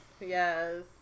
yes